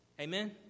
Amen